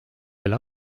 üle